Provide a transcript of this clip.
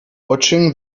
watching